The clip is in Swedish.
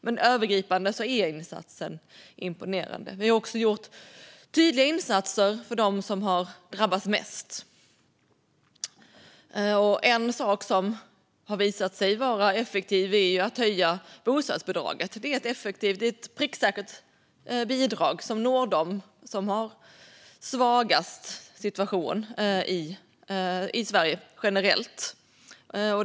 Men övergripande är insatsen imponerande. Vi har också gjort tydliga insatser för dem som har drabbats mest. En sak som har visat sig vara effektiv är att höja bostadsbidraget. Det är ett träffsäkert bidrag för dem med ekonomiskt svagast situation i Sverige generellt.